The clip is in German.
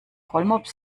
rollmops